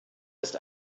ist